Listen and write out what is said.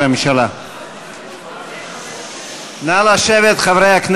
לחמש דקות, כשר נוסף שמבקש